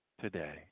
today